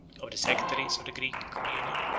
of the sectaries of the greek communion,